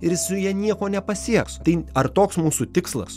ir jis su ja nieko nepasieks tai ar toks mūsų tikslas